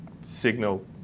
signal